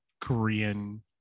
Korean